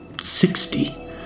sixty